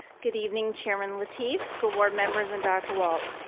good evening chairman lateef, school board members and dr. waltz.